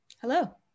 hello